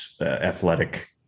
athletic